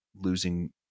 losing